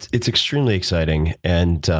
it's extremely exciting, and,